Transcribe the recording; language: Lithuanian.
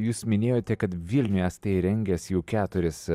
jūs minėjote kad vilniuje esate įrengęs jau keturis